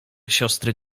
siostry